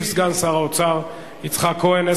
ישיב סגן שר האוצר יצחק כהן.